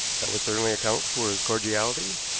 that would certainly account for his cordiality,